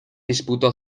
disputó